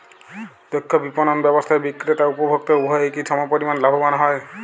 দক্ষ বিপণন ব্যবস্থায় বিক্রেতা ও উপভোক্ত উভয়ই কি সমপরিমাণ লাভবান হয়?